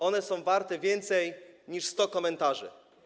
One są warte więcej niż 100 komentarzy.